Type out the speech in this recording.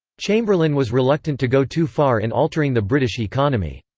chamberlain was reluctant to go too far in altering the british economy.